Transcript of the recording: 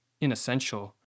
inessential